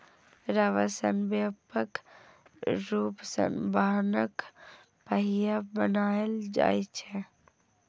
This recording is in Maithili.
रबड़ सं व्यापक रूप सं वाहनक पहिया बनाएल जाइ छै